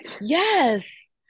Yes